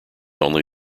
only